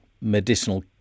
medicinal